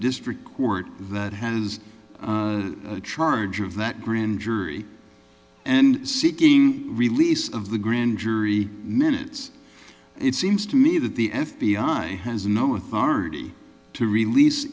district court that has charge of that grand jury and seeking release of the grand jury minutes it seems to me that the f b i has no authority to release